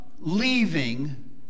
leaving